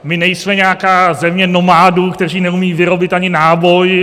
My nejsme nějaká země nomádů, kteří neumějí vyrobit ani náboj.